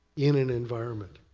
in an environment.